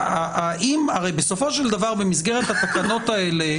הרי בסופו של דבר במסגרת התקנות האלה